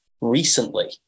recently